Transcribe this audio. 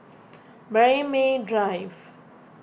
Braemar Drive